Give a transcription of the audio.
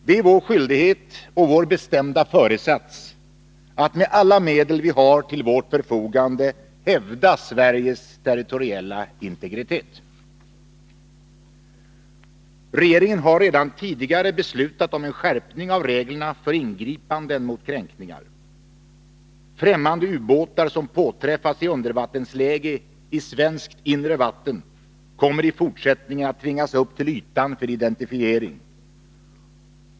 Det är vår skyldighet och vår bestämda föresats att med alla de medel som vi har till vårt förfogande hävda Sveriges territoriella integritet. Regeringen har redan tidigare beslutat om en skärpning av reglerna för ingripanden mot kränkningar. Främmande ubåtar som påträffas i undervattensläge i svenskt inre vatten kommer i fortsättningen att tvingas upp till ytan för identifiering.